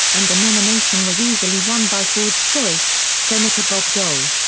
and the nomination was easily won by ford's choice, senator bob dole.